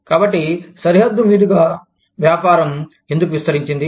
కాబట్టి సరిహద్దు మీదుగా వ్యాపారం ఎందుకు విస్తరించింది